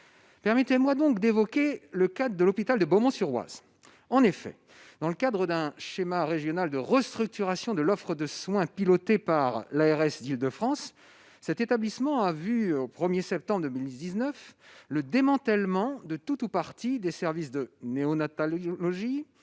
Permettez-moi donc d'évoquer le cas de l'hôpital de Beaumont-sur-Oise. En effet, dans le cadre d'un schéma régional de restructuration de l'offre de soins piloté par l'ARS d'Île-de-France, cet établissement a vu, au 1 septembre 2019, le démantèlement de tout ou partie des services de néonatalogie,